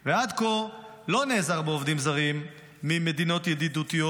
ועד כה לא נעזר בעובדים זרים ממדינות ידידותיות,